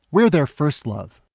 we're their first love.